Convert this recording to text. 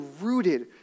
rooted